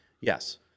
Yes